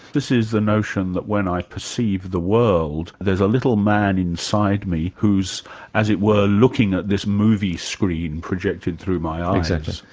this is the notion that when i perceive the world, there's a little man inside me who's as it were, looking at this movie screen projected through my eyes. ah exactly.